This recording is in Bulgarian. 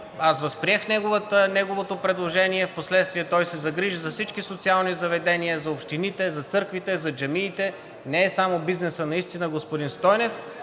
аз възприех неговото предложение. Впоследствие той се загрижи за всички социални заведения, за общините, за църквите, за джамиите. Не е само бизнесът, господин Стойнев